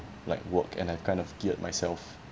like work and I've kind of geared myself